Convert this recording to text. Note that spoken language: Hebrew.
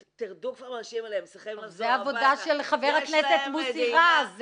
האנשים האלה צריכים לחזור הביתה -- זה העבודה של חבר הכנסת מוסי רז.